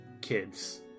kids